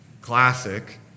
Classic